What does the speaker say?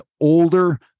older